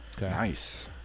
Nice